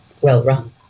well-run